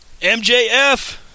MJF